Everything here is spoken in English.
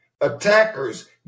attackers